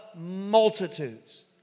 multitudes